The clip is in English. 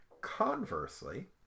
Conversely